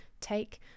take